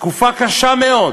תקופה קשה מאוד.